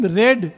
red